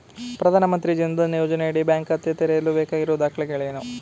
ಪ್ರಧಾನಮಂತ್ರಿ ಜನ್ ಧನ್ ಯೋಜನೆಯಡಿ ಬ್ಯಾಂಕ್ ಖಾತೆ ತೆರೆಯಲು ಬೇಕಾಗಿರುವ ದಾಖಲೆಗಳೇನು?